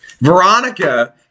veronica